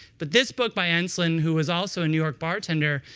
but this book by ensslin, who was also a new york bartender,